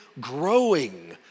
growing